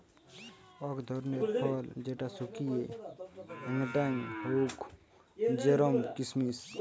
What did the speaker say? অক ধরণের ফল যেটা শুকিয়ে হেংটেং হউক জেরোম কিসমিস